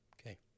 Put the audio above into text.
Okay